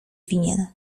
winien